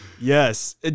Yes